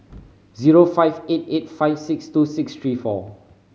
zero five eight eight five six two six three four